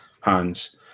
hands